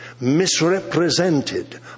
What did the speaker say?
misrepresented